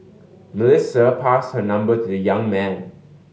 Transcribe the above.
Melissa passed her number to the young man